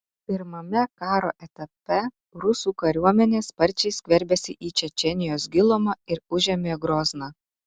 pirmame karo etape rusų kariuomenė sparčiai skverbėsi į čečėnijos gilumą ir užėmė grozną